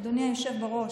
אדוני היושב בראש,